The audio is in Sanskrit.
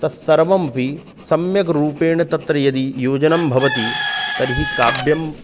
तस्सर्वमपि सम्यग्रूपेण तत्र यदि योजनं भवति तर्हि काव्यम्